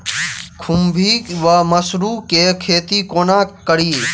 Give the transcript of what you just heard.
खुम्भी वा मसरू केँ खेती कोना कड़ी?